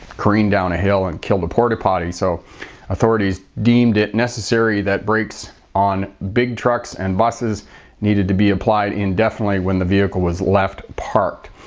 careened down a hill, and killed a porta potty. so authorities deemed it necessary that brakes on big trucks and buses needed to be applied indefinitely when the vehicle was left parked.